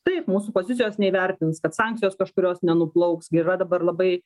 taip mūsų pozicijos neįvertins kad sankcijos kažkurios nenuplauks gi yra dabar labai